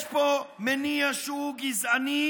יש פה מניע שהוא גזעני.